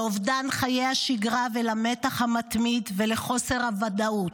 לאובדן חיי השגרה ולמתח המתמיד ולחוסר הוודאות.